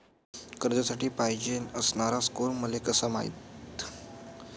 कर्जासाठी पायजेन असणारा स्कोर मले कसा पायता येईन?